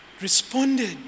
responded